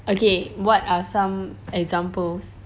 okay what are some examples